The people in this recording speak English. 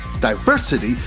Diversity